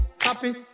happy